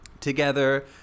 together